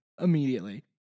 immediately